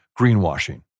greenwashing